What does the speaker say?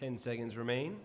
ten seconds remain